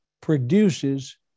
produces